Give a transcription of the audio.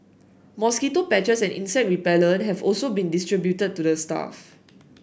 mosquito patches and insect repellent have also been distributed to the staff